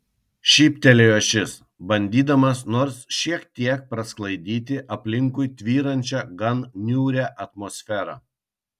šyptelėjo šis bandydamas nors šiek tiek prasklaidyti aplinkui tvyrančią gan niūrią atmosferą